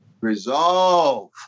Resolve